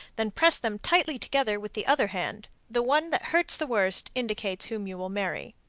then press them tightly together with the other hand the one that hurts the worst indicates whom you will marry.